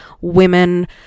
women